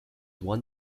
one